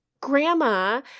grandma